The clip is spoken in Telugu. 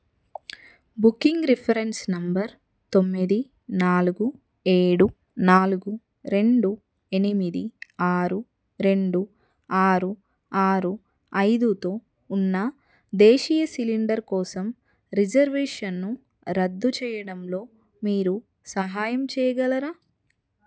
బుకింగ్ రిఫరెన్స్ నంబర్ తొమ్మిది నాలుగు ఏడు నాలుగు రెండు ఎనిమిది ఆరు రెండు ఆరు ఆరు ఐదూతో ఉన్న దేశీయ సిలిండర్ కోసం రిజర్వేషన్ను రద్దు చేయడంలో మీరు సహాయం చేయగలరా